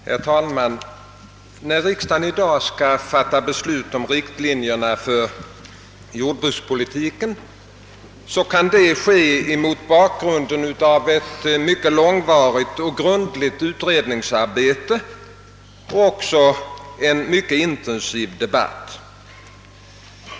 Herr talman! När riksdagen i dag skall fatta beslut om riktlinjerna för jordbrukspolitiken, kan detta ske mot bakgrunden av ett mycket långvarigt och grundligt utredningsarbete och även en mycket intensiv debatt.